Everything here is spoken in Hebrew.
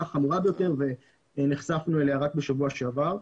החמורה ביותר ונחשפנו אליה בשבוע שעבר.